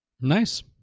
Nice